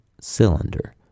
cylinder